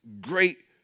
great